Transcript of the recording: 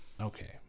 okay